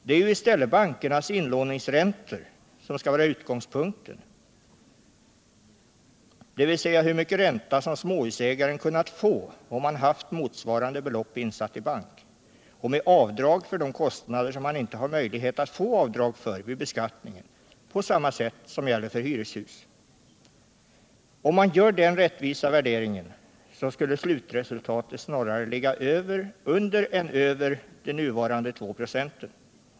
Det är ju i stället bankernas inlåningsräntor som skall vara utgångspunkten, dvs. hur mycket ränta som småhusägaren kunnat få om han haft motsvarande belopp insatt i bank, och med avdrag för de kostnader som han inte har möjlighet att få avdrag för vid beskattningen på samma sätt som gäller för hyreshus. Om man gjorde denna rättvisa värdering så skulle slutresultatet snarare ligga under än över nuvarande 296.